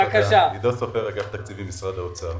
אני מאגף התקציבים במשרד האוצר.